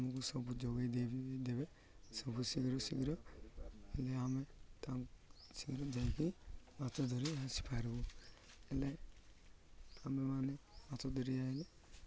ଆମକୁ ସବୁ ଯୋଗାଇ ଦେବେ ସବୁ ଶୀଘ୍ର ଶୀଘ୍ର ହେଲେ ଆମେ ତାଙ୍କୁ ଶୀଘ୍ର ଯାଇକି ମାଛ ଧରି ଆସିପାରିବୁ ହେଲେ ଆମେମାନେ ମାଛ ଧରି ଆସିଲେ